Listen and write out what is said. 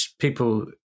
people